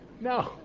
No